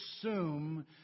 assume